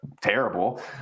terrible